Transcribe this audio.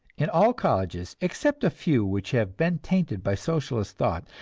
in all colleges, except a few which have been tainted by socialist thought,